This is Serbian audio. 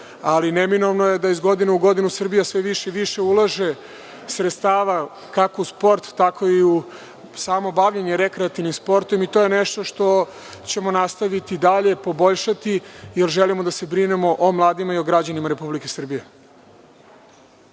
sport. Neminovno je da iz godine u godinu Srbija sve više i više ulaže sredstava, kako u sport, tako i u samo bavljenje rekreativnim sportom i to je nešto što ćemo nastaviti dalje i poboljšati, jer želimo da se brinemo o mladima i o građanima Republike Srbije.